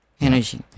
energy